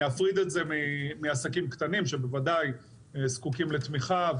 להפריד את זה מעסקים קטנים שבוודאי זקוקים לתמיכה,